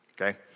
okay